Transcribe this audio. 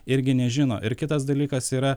irgi nežino ir kitas dalykas yra